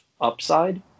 upside